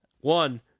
One